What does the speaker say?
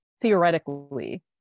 theoretically